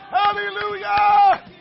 hallelujah